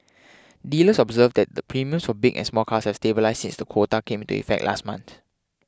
dealers observed that the premiums for big and small cars have stabilised since the quota came into effect last month